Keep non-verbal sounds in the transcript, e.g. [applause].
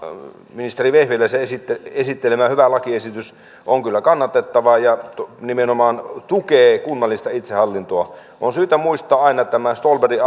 ministeri vehviläisen esittelemä esittelemä hyvä lakiesitys on kyllä kannatettava ja nimenomaan tukee kunnallista itsehallintoa on syytä muistaa aina tämä ståhlbergin [unintelligible]